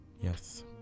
yes